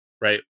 right